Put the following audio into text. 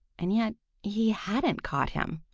and yet he hadn't caught him.